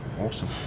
awesome